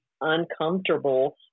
uncomfortable